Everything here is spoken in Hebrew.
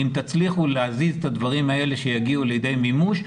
אם תצליחו להזיז את הדברים האלה שיגיעו לידי מימוש,